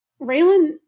Raylan